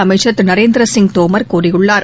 அமைச்சர் திரு நரேந்திர சிங் தோமர் கூறியுள்ளார்